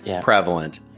prevalent